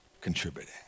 contributing